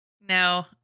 No